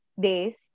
days